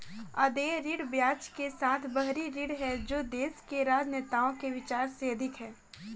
अदेय ऋण ब्याज के साथ बाहरी ऋण है जो देश के राजनेताओं के विचार से अधिक है